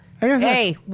Hey